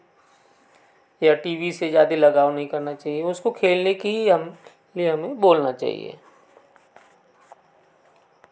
या T V से ज़्यादा लगाव नहीं करना चाहिए उसको खेलने को बोलना चाहिए